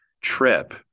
trip